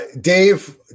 Dave